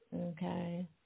Okay